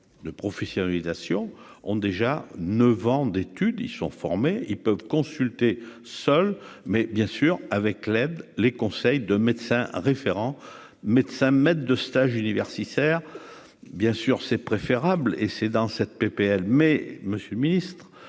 de professionnalisation ont déjà 9 ans d'études ils sont formés, ils peuvent consulter seul mais bien sûr, avec l'aide, les conseils de médecin référent médecin maître de stage, universitaire, bien sûr, c'est préférable, et c'est dans cette PPL mais Monsieur le Ministre,